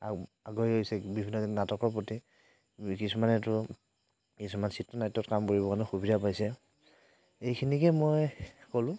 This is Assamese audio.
আগ আগবাঢ়ি হৈছে বিভিন্নজনে নাটকৰ প্ৰতি কিছুমানেতো কিছুমান চিত্ৰ নাট্যত কাম কৰিবলৈ কাৰণে সুবিধা পাইছে এইখিনিকে মই ক'লোঁ